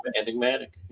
enigmatic